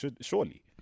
surely